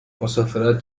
مسافرت